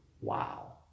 Wow